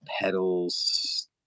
pedals